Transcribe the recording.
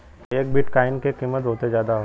एक बिट्काइन क कीमत बहुते जादा होला